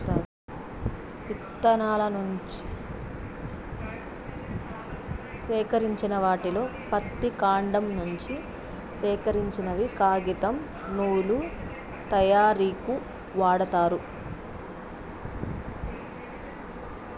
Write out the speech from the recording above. ఇత్తనాల నుంచి సేకరించిన వాటిలో పత్తి, కాండం నుంచి సేకరించినవి కాగితం, నూలు తయారీకు వాడతారు